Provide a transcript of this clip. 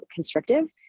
constrictive